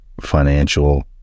financial